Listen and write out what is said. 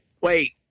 Wait